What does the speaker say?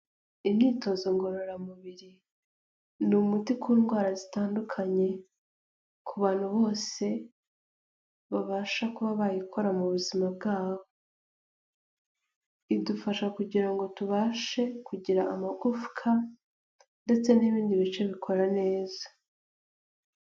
Imyitozo ngororamubiri. Ni umuti ku ndwara zitandukanye, ku bantu bose babasha kuba bayikora mu buzima bwabo. Idufasha kugira ngo tubashe kugira amagufwa ndetse n'ibindi bice bikora neza.